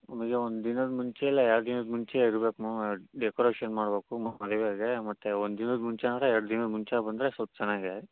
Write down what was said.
ನಮಗೆ ಒಂದು ದಿನದ ಮುಂಚೆ ಇಲ್ಲ ಎರಡು ದಿನದ ಮುಂಚೆ ಇರ್ಬೇಕು ಮ್ಯಾಮ್ ಡೆಕೋರೇಷನ್ ಮಾಡಬೇಕು ಮದುವೆಗೆ ಮತ್ತು ಒಂದು ದಿನದ ಮುಂಚೆ ಅಂದರೆ ಎರಡು ದಿನದ ಮುಂಚೆ ಬಂದರೆ ಸ್ವಲ್ಪ ಚೆನ್ನಾಗಿ